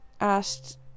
asked